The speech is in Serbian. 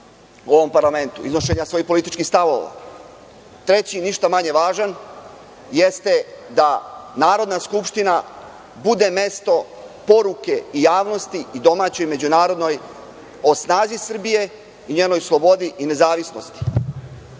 u ovom parlamentu, iznošenja svojih političkih stavova. Treći, ništa manje važan, jeste da Narodna skupština bude mesto poruke i javnosti i domaćoj i međunarodnoj o snazi Srbije i njenoj slobodi i nezavisnosti.